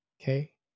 Okay